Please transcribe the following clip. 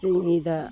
जोंनि दा